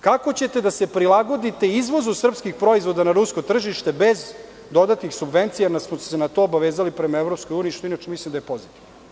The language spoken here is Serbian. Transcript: Kako ćete da se prilagodite izvozu srpskih proizvoda na rusko tržište bez dodatnih subvencija, a na to ste se obavezali prema EU što inače mislim da je pozitivno?